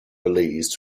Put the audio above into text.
belize